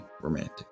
romantic